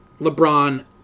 LeBron